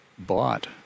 bought